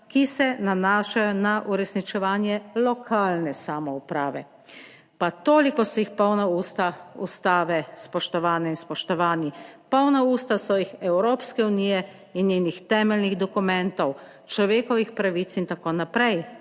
ki se nanašajo na uresničevanje lokalne samouprave. Pa toliko so jih polna usta ustave, spoštovane in spoštovani. Polna usta so jih Evropske unije in njenih temeljnih dokumentov človekovih pravic in tako naprej.